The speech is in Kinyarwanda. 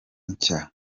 nshya